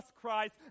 Christ